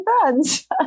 friends